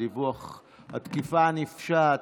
התקיפה הנפשעת.